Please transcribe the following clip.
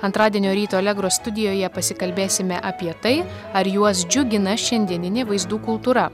antradienio ryto allegro studijoje pasikalbėsime apie tai ar juos džiugina šiandieninė vaizdų kultūra